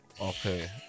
Okay